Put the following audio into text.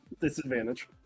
disadvantage